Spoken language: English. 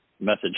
message